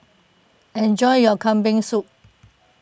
enjoy your Kambing Soup